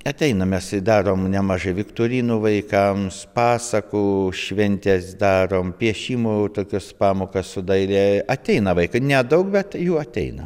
ateina mes darom nemažai viktorinų vaikams pasakų šventes darom piešimo tokios pamokas su daile ateina vaikai nedaug bet jų ateina